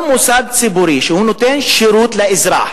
כל מוסד ציבורי שנותן שירות לאזרח